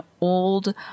old